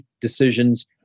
decisions